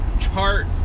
chart